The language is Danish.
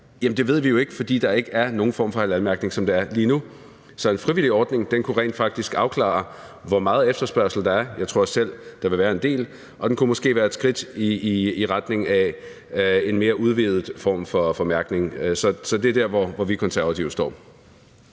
at det ved vi jo ikke, fordi der ikke er nogen form for halalmærkning, sådan som det er lige nu. Så en frivillig ordning kunne rent faktisk afklare, hvor meget efterspørgsel der er. Jeg tror selv, at der vil være en del. Og den kunne måske være et skridt i retning af en mere udvidet form for mærkning. Så det er der, hvor vi Konservative står.